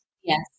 Yes